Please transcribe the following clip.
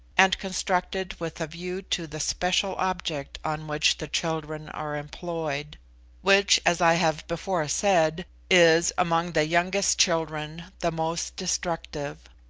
and constructed with a view to the special object on which the children are employed which as i have before said, is among the youngest children the most destructive.